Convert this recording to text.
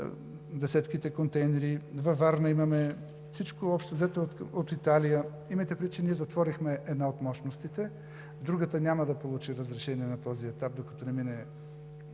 десетките контейнери, във Варна имаме. Всичко общо взето е от Италия. Имайте предвид, че ние затворихме една от мощностите, другата няма да получи разрешение на този етап, докато не мине